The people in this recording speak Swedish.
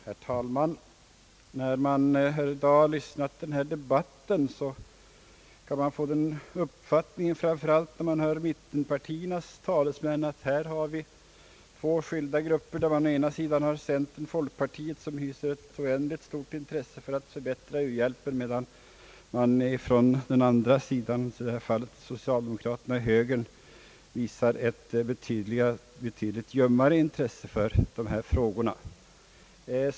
Herr talman! När man i dag har lyssnat till u-landsdebatten — framför allt när man har hört mittenpartiernas talesmän — har man kunnat få den uppfattningen att två skilda grupper står mot varandra, å ena sidan centern och folkpartiet som hyser ett oerhört stort intresse av att förbättra u-hjälpen, å andra sidan socialdemokrater och högermän som visar ett betydligt ljummare intresse för dessa frågor.